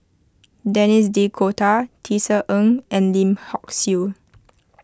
Denis D'Cotta Tisa Ng and Lim Hock Siew